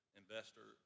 investor